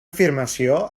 afirmació